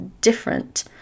different